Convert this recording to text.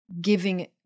giving